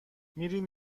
میریم